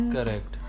Correct